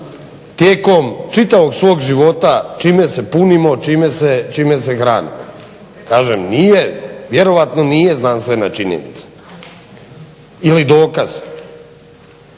tijekom čitavog svog života čime se punimo, čime se hranimo. Kažem nije, vjerojatno nije znanstvena činjenica ili dokaz,